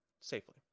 safely